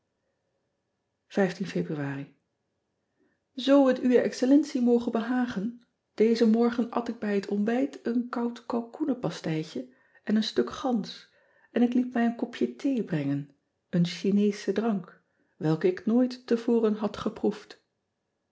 ebruari oo het we xcellentie moge behagen ezen morgen at ik bij het ontbijt een koud kalkoenepastijtje en een stuk gans en ik liet mij een kopje thee brengen een hineesche drank welke ik nooit te voren had geproefd